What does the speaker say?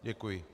Děkuji.